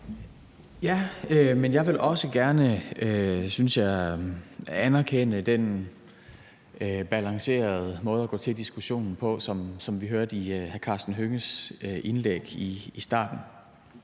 Jeg vil også gerne anerkende den balancerede måde at gå til diskussionen på, som vi hørte i hr. Karsten Hønges indlæg i starten.